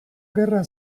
gerra